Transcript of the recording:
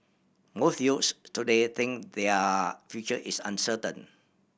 most youths today think their future is uncertain